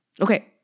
Okay